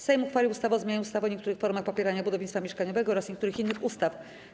Sejm uchwalił ustawę o zmianie ustawy o niektórych formach popierania budownictwa mieszkaniowego oraz niektórych innych ustaw.